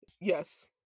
yes